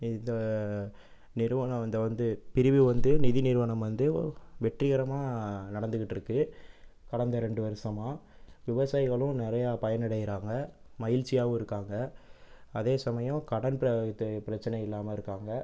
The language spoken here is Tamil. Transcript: இந்த நிறுவனம் இந்த வந்து பிரிவு வந்து நிதி நிறுவனம் வந்து வெற்றிகரமாக நடந்துக்கிட்டு இருக்குது கடந்த ரெண்டு வருடமா விவசாயிகளும் நிறைய பயன் அடைகிறாங்க மகிழ்ச்சியாகவும் இருக்காங்க அதே சமயம் கடன் பிரச்சனை இல்லாமல் இருக்காங்க